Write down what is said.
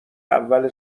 اول